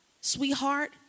sweetheart